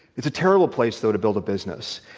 it's a terrible place, though, to build a business.